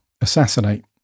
assassinate